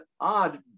odd